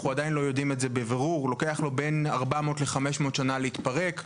אנחנו עדיין לא יודעים זאת בבירור לוקח לו בין 400 ל-500 שנה להתפרק.